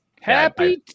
Happy